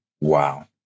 Wow